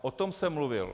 O tom jsem mluvil.